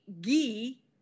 ghee